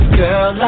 girl